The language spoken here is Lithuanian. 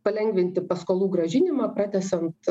palengvinti paskolų grąžinimą pratęsiant